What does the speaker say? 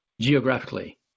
geographically